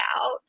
out